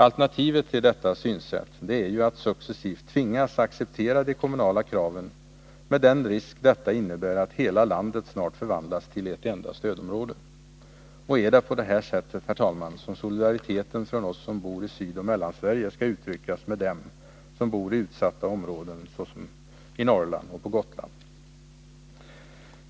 Alternativet till detta synsätt är att successivt tvingas acceptera de kommunala kraven, med den risk detta innebär att hela landet snart förvandlas till ett enda stödområde. Är det på detta sätt, herr talman, som solidariteten från oss som bor i Sydoch Mellansverige med dem som bor i utsatta områden i Norrland och på Gotland skall uttryckas?